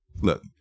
Look